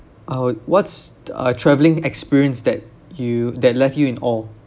I would what's the travelling experience that you that left you in awe